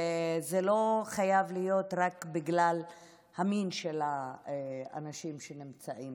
וזה לא חייב להיות רק בגלל המין של האנשים שנמצאים